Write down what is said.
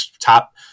top